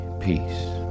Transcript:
peace